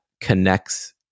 connects